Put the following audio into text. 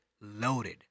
loaded